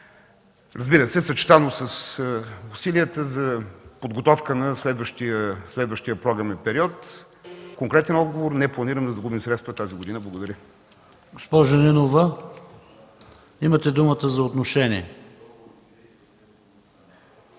Разбира се, съчетано с усилията за подготовка на следващия програмен период – конкретен отговор: не планираме да загубим средства тази година. Благодаря. ПРЕДСЕДАТЕЛ ПАВЕЛ ШОПОВ: Госпожо Нинова, имате думата за отношение.